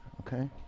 Okay